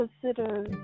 consider